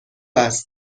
است